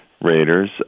Raiders